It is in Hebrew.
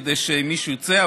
אם מישהו ירצה,